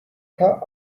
her